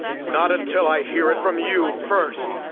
not until i hear it from you first.